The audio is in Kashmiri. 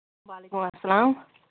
وَعلیکُم اَسَلام